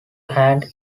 hand